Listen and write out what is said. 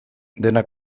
dena